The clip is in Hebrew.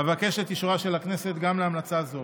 אבקש את אישורה של הכנסת להמלצה זו.